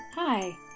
Hi